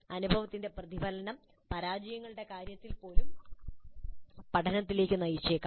അനുഭവത്തിന്റെ പ്രതിഫലനം പരാജയങ്ങളുടെ കാര്യത്തിൽ പോലും പഠനത്തിലേക്ക് നയിച്ചേക്കാം